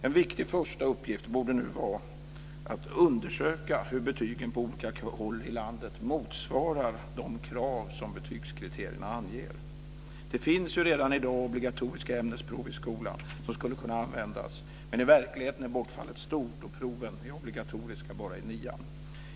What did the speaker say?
En viktig första uppgift borde nu vara att undersöka hur betygen på olika håll i landet motsvarar de krav som betygskriterierna anger. Det finns redan i dag obligatoriska ämnesprov i skolan som skulle kunna användas, men i verkligheten är bortfallet stort och proven är obligatoriska bara i nian.